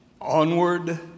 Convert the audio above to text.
Onward